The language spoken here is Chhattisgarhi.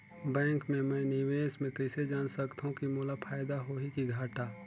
बैंक मे मैं निवेश मे कइसे जान सकथव कि मोला फायदा होही कि घाटा?